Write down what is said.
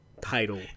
title